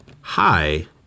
Hi